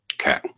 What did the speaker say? Okay